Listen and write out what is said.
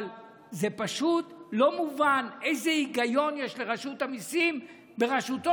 אבל זה פשוט לא מובן איזה היגיון יש לרשות המיסים בראשותו